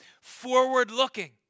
forward-looking